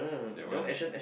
that one is